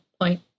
point